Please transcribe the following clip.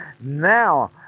now